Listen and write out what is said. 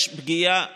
יש פגיעה קטלנית,